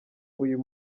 uyu